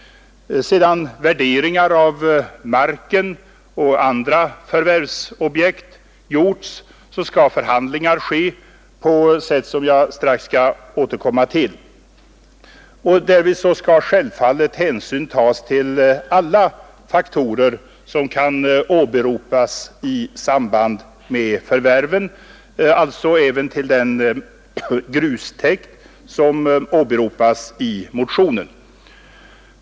Sedan värderingar av marken och andra förvärvsobjekt gjorts skall förhandlingar föras på sätt som jag strax skall återkomma till. Därvid skall självfallet hänsyn tas till alla faktorer som kan åberopas i samband med förvärven, alltså även till den grustäkt som åberopas i motionen.